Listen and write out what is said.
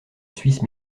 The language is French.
suisse